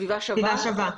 "סביבה שווה".